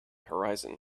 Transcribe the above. horizon